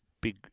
big